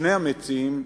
שני המציעים,